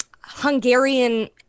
Hungarian